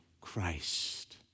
Christ